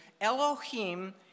Elohim